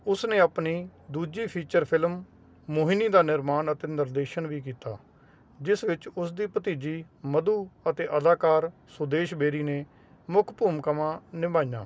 ਉਸ ਨੇ ਆਪਣੀ ਦੂਜੀ ਫੀਚਰ ਫ਼ਿਲਮ ਮੋਹਿਨੀ ਦਾ ਨਿਰਮਾਣ ਅਤੇ ਨਿਰਦੇਸ਼ਨ ਵੀ ਕੀਤਾ ਜਿਸ ਵਿੱਚ ਉਸ ਦੀ ਭਤੀਜੀ ਮਧੂ ਅਤੇ ਅਦਾਕਾਰ ਸੁਦੇਸ਼ ਬੇਰੀ ਨੇ ਮੁੱਖ ਭੂਮਿਕਾਵਾਂ ਨਿਭਾਈਆਂ